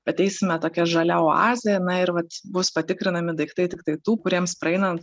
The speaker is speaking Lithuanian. ateisime tokia žalia oaze na ir vat bus patikrinami daiktai tiktai tų kuriems praeinant